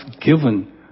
given